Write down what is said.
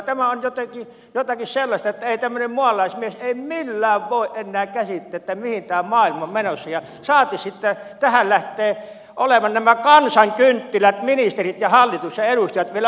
tämä on jotakin sellaista että ei tämmöinen mualaismies millään voi enää käsittää mihin tämä maailma on menossa saati sitten että tällaiseen keskusteluun lähtevät nämä kansankynttilät ministerit ja hallitus ja edustajat vielä mukaan